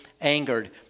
angered